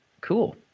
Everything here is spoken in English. Cool